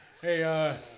Hey